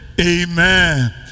amen